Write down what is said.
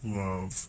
love